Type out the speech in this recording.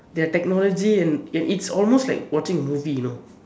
their technology and it it's almost like watching a movie you know